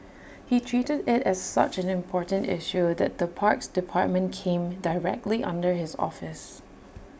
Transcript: he treated IT as such an important issue that the parks department came directly under his office